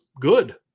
good